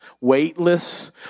weightless